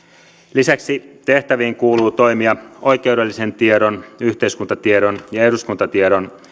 lisäksi tehtäviin kuuluu toimia oikeudellisen tiedon yhteiskuntatiedon ja eduskuntatiedon